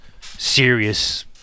serious